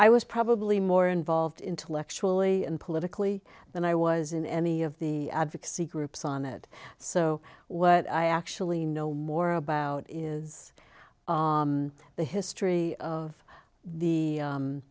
i was probably more involved intellectually and politically than i was in any of the advocacy groups on it so what i actually know more about is the history of the